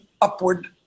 upward